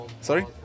Sorry